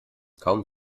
kaum